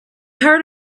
heard